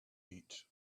eats